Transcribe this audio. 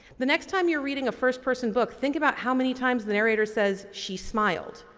the next time you're reading a first-person book think about how many times the narrator says she smiled,